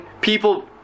people